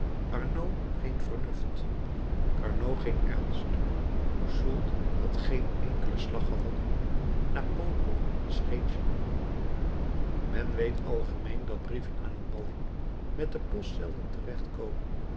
arnault geen vernuft carnot geen ernst soult had geen enkelen slag gewonnen napoleon was geen genie men weet algemeen dat brieven aan een balling met de post zelden